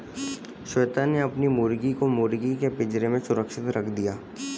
श्वेता ने अपनी मुर्गी को मुर्गी के पिंजरे में सुरक्षित रख दिया